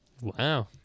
Wow